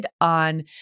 on